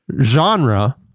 genre